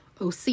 OC